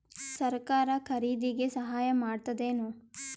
ಸರಕಾರ ಖರೀದಿಗೆ ಸಹಾಯ ಮಾಡ್ತದೇನು?